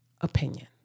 opinion